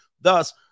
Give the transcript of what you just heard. Thus